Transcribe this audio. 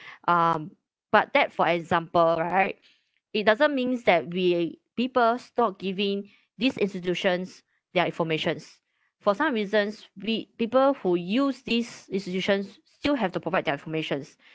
um but that for example right it doesn't means that we people stop giving these institutions their informations for some reasons we people who use these institutions still have to provide their informations